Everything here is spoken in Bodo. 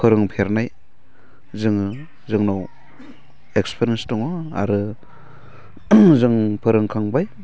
फोरोंफेरनाय जोङो जोंनाव एक्सपिरियेन्स दङ आरो जों फोरोंखांबाय